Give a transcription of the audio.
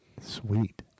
Sweet